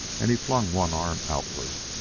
and he flung one arm outward.